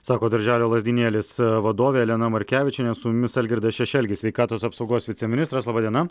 sako darželio lazdynėlis vadovė elena markevičienė su mumis algirdas šešelgis sveikatos apsaugos viceministras laba diena